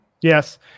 yes